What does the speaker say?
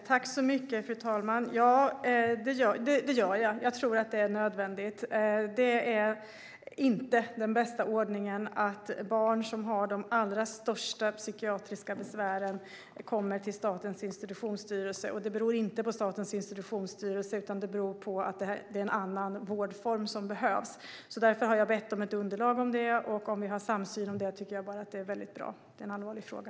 Fru talman! Ja, det gör jag. Jag tror att det är nödvändigt. Det är inte den bästa ordningen att barn som har de allra största psykiatriska besvären kommer till Statens institutionsstyrelse. Det beror inte på Statens institutionsstyrelse, utan det beror på att det är en annan vårdform som behövs. Därför har jag bett om ett underlag om det, och om vi har samsyn om detta tycker jag bara att det är väldigt bra. Det är en allvarlig fråga.